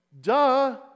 Duh